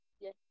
Yes